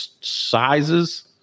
sizes